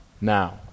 now